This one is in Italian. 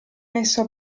messo